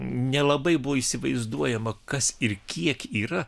nelabai buvo įsivaizduojama kas ir kiek yra